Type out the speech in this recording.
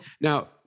Now